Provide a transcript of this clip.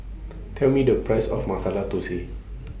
Tell Me The Price of Masala Thosai